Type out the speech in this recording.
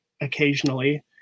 occasionally